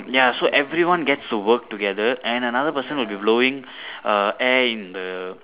ya so everyone gets to work together and another person would be blowing err air in the